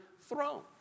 throne